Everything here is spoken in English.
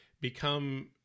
become